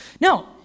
No